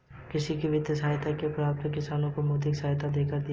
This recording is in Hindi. कृषि में वित्तीय सहायता के लिए पात्रता किसानों को मौद्रिक सहायता देकर किया जाता है